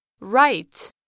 right